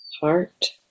heart